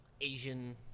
Asian